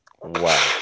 Wow